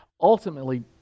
Ultimately